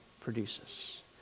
produces